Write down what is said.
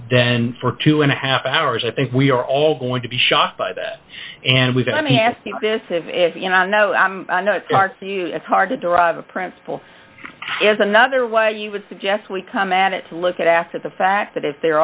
then for two and a half hours i think we are all going to be shocked by that and we've got me ask you this if you know i know i'm not dark to you it's hard to derive a principle is another what you would suggest we come at it to look at after the fact that if there